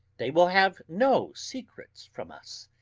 they will have no secrets from us.